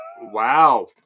wow